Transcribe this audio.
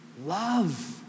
love